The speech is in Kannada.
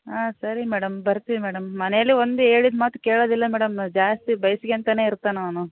ಹಾಂ ಸರಿ ಮೇಡಮ್ ಬರ್ತೀವಿ ಮೇಡಮ್ ಮನೆಯಲ್ಲಿ ಒಂದೂ ಹೇಳಿದ ಮಾತು ಕೇಳೋದಿಲ್ಲ ಮೇಡಮ್ ಜಾಸ್ತಿ ಬೈಸ್ಕೆಂತಾನೆ ಇರ್ತಾನವ್ನು